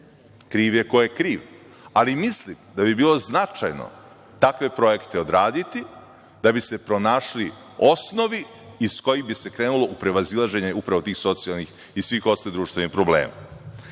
Kriv je ko je kriv, ali mislim da bi bilo značajno takve projekte odraditi da bi se pronašli osnovi iz kojih bi se krenulo u prevazilaženje upravo tih socijalnih i svih ostalih društvenih problema. Bacivši